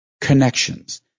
connections